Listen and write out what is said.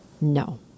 No